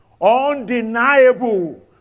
undeniable